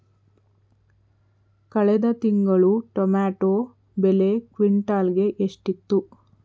ಕಳೆದ ತಿಂಗಳು ಟೊಮ್ಯಾಟೋ ಬೆಲೆ ಕ್ವಿಂಟಾಲ್ ಗೆ ಎಷ್ಟಿತ್ತು?